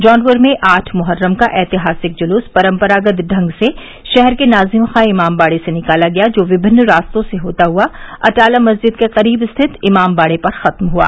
जौनपुर में आठ मोहर्रम का ऐतिहासिक जुलूस परम्परागत ढंग से शहर के नाजिम खा इमामबाड़े से निकाला गया जो विभिन्न रास्तों से होता हुआ अटाला मस्जिद के करीब स्थित इमामबाड़े पर खत्म हुआ